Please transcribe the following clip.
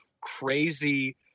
crazy